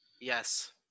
Yes